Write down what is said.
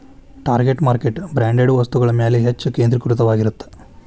target market branded ವಸ್ತುಗಳ ಮ್ಯಾಲೆ ಹೆಚ್ಚ್ ಕೇಂದ್ರೇಕೃತವಾಗಿರತ್ತ